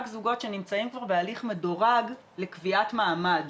זוגות שנמצאים בהליך מדורג לקביעת מעמד.